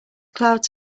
clouds